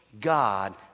God